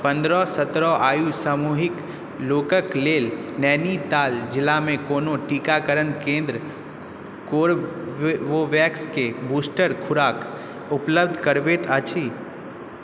पनरहसँ सतरह बरख आयु समूहके लोकके लेल नैनीताल जिलामे कोन टीकाकरण केन्द्र कोरबेवेक्सके बूस्टर खोराक उपलब्ध करबैत अछि